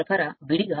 మరియు దీనిని యంత్రం